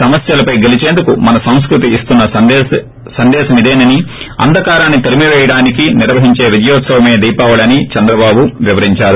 సమస్యలపై గెలీచేందుకు మన సంస్కృతి ఇస్తున్న సందేశమిదేనని అంధకారాన్ని తరిమిపేయటానికి నిర్వహించే విజయోత్సవమే దీపావళి అని చంద్రబాబు వివరించారు